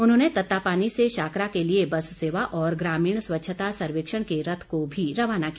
उन्होंने तत्तापानी से शाकरा के लिए बस सेवा और ग्रामीण स्वच्छता सर्वेक्षण के रथ को भी रवाना किया